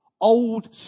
old